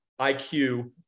IQ